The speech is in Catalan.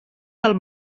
del